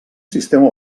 sistema